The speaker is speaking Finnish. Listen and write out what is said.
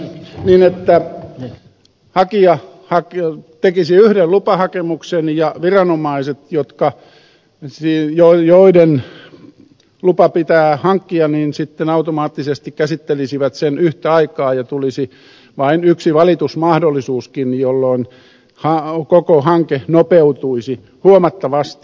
jos hakija tekisi yhden lupahakemuksen ja viranomaiset joiden lupa pitää hankkia automaattisesti käsittelisivät sen yhtä aikaa ja tulisi vain yksi valitusmahdollisuuskin niin koko hanke nopeutuisi huomattavasti